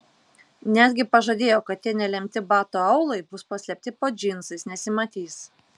netgi pažadėjo kad tie nelemti batų aulai bus paslėpti po džinsais nesimatys